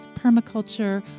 permaculture